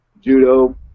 judo